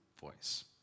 voice